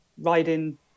riding